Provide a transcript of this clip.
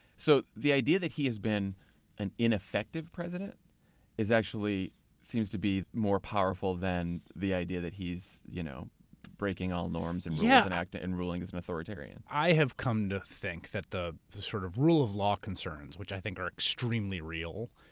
so, the idea that he has been an ineffective president is actually seems to be more powerful than the idea that he's you know breaking all norms and rules yeah and acting and ruling as an authoritarian. i have come to think that the the sort of rule of law concerns, which i think are extremely real,